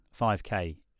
5K